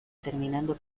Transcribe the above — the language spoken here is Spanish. terminando